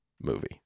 movie